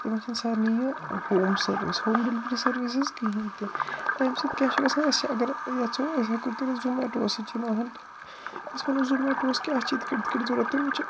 تِمن چھِنہٕ سارنی یہِ home service home delivery services کِہیٖنۍ تہِ تَمہِ سۭتۍ کیٛاہ چھُ گَژھان أسۍ اگر یَژھو أسۍ ہٮ۪کو کٔرِتھ زومیٹووَس سۭتۍ چھِ یِم آسان أسۍ وَنو زومیٹووَس کیٛاہ چھِ یِتھ کٔٹھۍ یِتھ کٔٹھۍ ضوٚرَتھ تِم چھِ